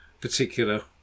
particular